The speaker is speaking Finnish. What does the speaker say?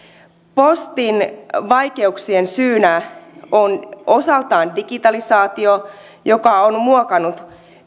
postin vaikeuksien syynä on osaltaan digitalisaatio joka on muokannut